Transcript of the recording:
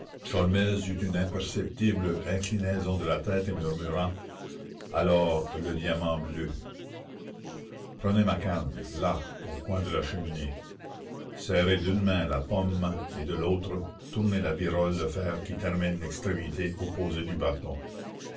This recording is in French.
une imperceptible inclinaison de la tête et murmura alors le diamant bleu prenez ma canne là au coin de la cheminée serrez d'une main la pomme et de l'autre tournez la virole de fer qui termine l'extrémité opposée du bâton